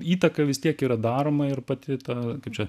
įtaka vis tiek yra daroma ir pati ta kaip čia